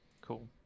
Cool